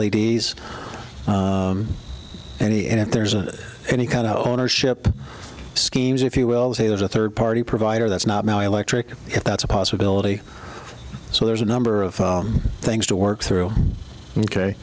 ladies any and if there's any kind of ownership schemes if you will say there's a third party provider that's not now electric if that's a possibility so there's a number of things